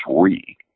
three